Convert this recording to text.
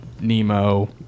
Nemo